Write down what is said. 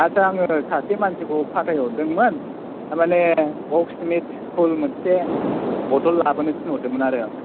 आदसा आङो सासे मानसिखौ फाथाय हरदोंमोन थारमाने अक्समिट फुल मोनसे बटल लाबोनो थिनहरदोंमोन आरो आं